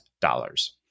dollars